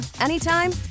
anytime